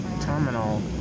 terminal